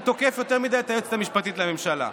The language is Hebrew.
תוקף יותר מדי את היועצת המשפטית לממשלה,